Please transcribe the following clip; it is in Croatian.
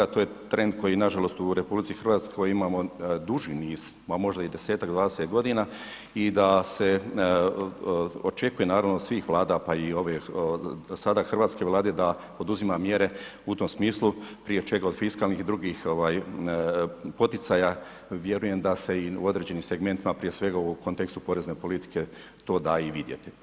To je trend koji nažalost u RH imamo duži niz, pa možda i 10-tak, 20 godina i da se očekuje naravno od svih vlada, pa i ove sada Hrvatske vlade da poduzima mjere u tom smislu prije čega od fiskalnih i drugih ovaj poticaja, vjerujem da se i u određenim segmentima prije svega u kontekstu porezne politike to da i vidjeti.